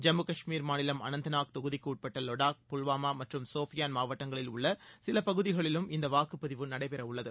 ஜம்மு கஷ்மீர் மாநிலம் அனந்தநாக் தொகுதிக்குட்பட்ட லடாக் புல்வாமா மற்றும் சோபியான் மாவட்டங்களில் உள்ள சில பகுதிகளிலும் இந்த வாக்குப்பதிவு நடைபெறவுள்ளது